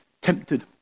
tempted